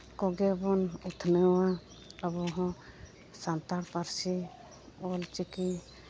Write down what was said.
ᱠᱚᱜᱮ ᱵᱚᱱ ᱩᱛᱱᱟᱹᱣᱟ ᱟᱵᱚ ᱦᱚᱸ ᱥᱟᱱᱛᱟᱲ ᱯᱟᱹᱨᱥᱤ ᱚᱞ ᱪᱤᱠᱤ